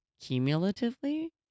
cumulatively